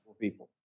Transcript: people